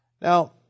Now